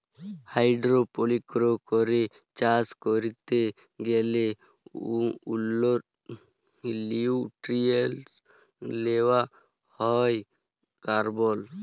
hydroponics করে চাষ ক্যরতে গ্যালে লিউট্রিয়েন্টস লেওয়া হ্যয় কার্বল